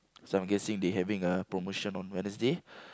so I'm guessing they having a promotion on Wednesday